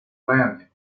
landing